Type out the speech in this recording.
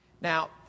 Now